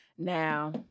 Now